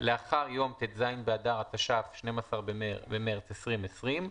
לאחר יום ט"ז באדר התש"ף (12 במרס 2020),